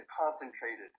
concentrated